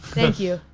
thank you.